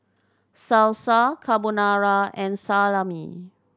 Salsa Carbonara and Salami